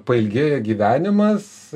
pailgėja gyvenimas